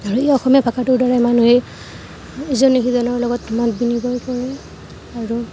আৰু অসমীয়া ভাষাটোৰ দ্বাৰাই মানুহে ইজনে সিজনৰ লগত মত বিনিময় কৰে আৰু